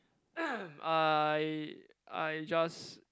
I I just